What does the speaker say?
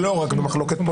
לא רק פוליטית,